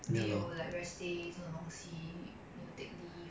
没有 like rest day 这种东西 need to take leave